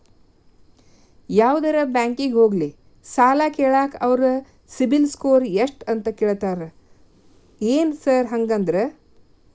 ಯಾವದರಾ ಬ್ಯಾಂಕಿಗೆ ಹೋಗ್ಲಿ ಸಾಲ ಕೇಳಾಕ ಅವ್ರ್ ಸಿಬಿಲ್ ಸ್ಕೋರ್ ಎಷ್ಟ ಅಂತಾ ಕೇಳ್ತಾರ ಏನ್ ಸಾರ್ ಹಂಗಂದ್ರ?